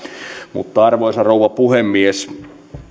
mutta arvoisa rouva puhemies